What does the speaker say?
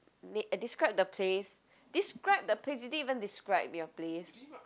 na~ describe the place describe the place you didn't even describe your place